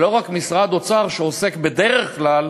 ולא רק משרד אוצר שעוסק בדרך כלל